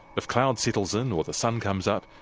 if cloud settles in or the sun comes up,